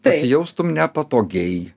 pasijaustum nepatogiai